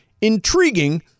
intriguing